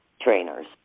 trainers